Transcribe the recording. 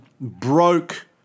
broke